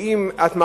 שאם את מאריכה,